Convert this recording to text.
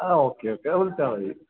ആ okay okay വിളിച്ചാൽ മതി